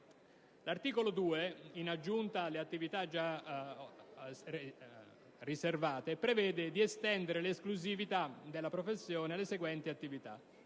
L'articolo 2, in aggiunta alle attività già riservate, prevede di estendere l'esclusività della professione alle seguenti attività: